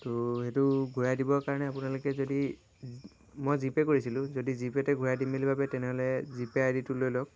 তো সেইটো ঘূৰাই দিবৰ কাৰণে আপোনালোকে যদি মই জি'পে কৰিছিলোঁ যদি জি'পেতে ঘূৰাই দিম বুলি ভাবে তেনেহ'লে জি'পে আইডিটো লৈ লওক